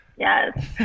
Yes